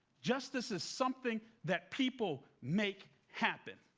justice is something that people make happen.